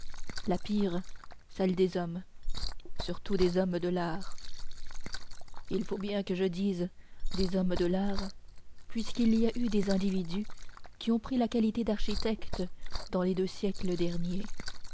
la pire celle des hommes surtout des hommes de l'art il faut bien que je dise des hommes de l'art puisqu'il y a eu des individus qui ont pris la qualité d'architectes dans les deux siècles derniers